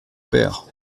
père